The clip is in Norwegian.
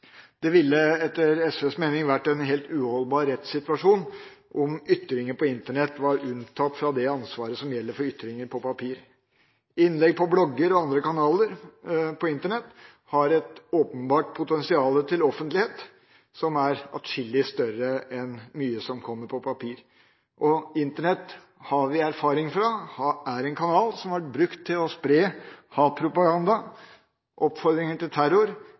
Det ville etter SVs mening vært en helt uholdbar rettssituasjon om ytringer på Internett var unntatt fra det ansvaret som gjelder for ytringer på papir. Innlegg på blogger og andre kanaler på Internett har et åpenbart potensial for offentlighet som er atskillig større enn mye som kommer på papir. Og vi har erfaring med at Internett er en kanal som har vært brukt til å spre hatpropaganda, oppfordre til terror